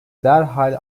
derhal